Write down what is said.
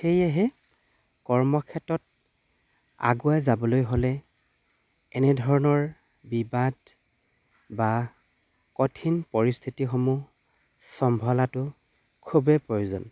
সেয়েহে কৰ্মক্ষেত্ৰত আগুৱাই যাবলৈ হ'লে এনেধৰণৰ বিবাদ বা কঠিন পৰিস্থিতিসমূহ সম্ভালাটো খুবেই প্ৰয়োজন